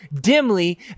dimly